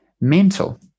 mental